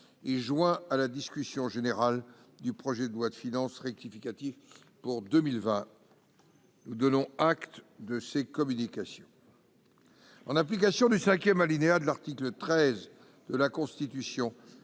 et joint à la discussion générale du projet de loi de finances rectificative pour 2020. Acte est donné de ces modifications. En application du cinquième alinéa de l'article 13 de la Constitution,